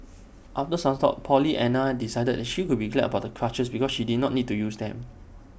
after some thought Pollyanna decided she could be glad about the crutches because she did not need to use them